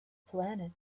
planet